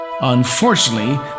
Unfortunately